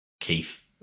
Keith